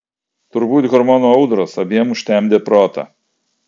turbūt hormonų audros abiem užtemdė protą